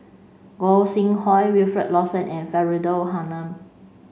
Gog Sing Hooi Wilfed Lawson and Faridah Hanum